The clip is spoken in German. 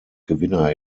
gewinner